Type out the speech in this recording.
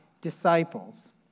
disciples